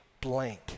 blank